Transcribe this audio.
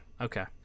Okay